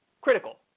critical